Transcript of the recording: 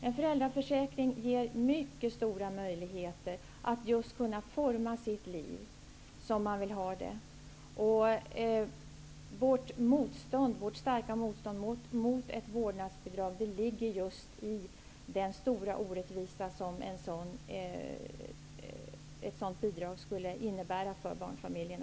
En föräldraförsäkring ger mycket stora möjligheter att kunna forma sitt liv just som man vill ha det. Vårt starka motstånd mot ett vårdnadsbidrag ligger i den stora orättvisa som ett sådant bidrag skulle innebära för barnfamiljerna.